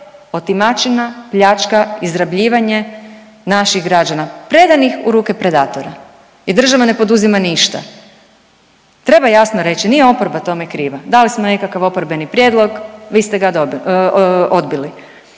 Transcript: otimačina, pljačka, izrabljivanje naših građana predanih u ruke predatora i država ne poduzima ništa. Treba jasno reći, nije oporba tome kriva, dali smo nekakav oporbeni prijedlog, vi ste ga odbili,